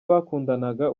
bakundanaga